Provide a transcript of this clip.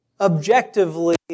objectively